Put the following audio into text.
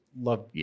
love